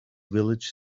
village